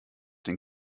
den